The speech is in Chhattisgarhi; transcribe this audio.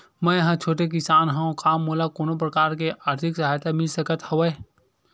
मै ह छोटे किसान हंव का मोला कोनो प्रकार के आर्थिक सहायता मिल सकत हवय?